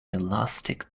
elastic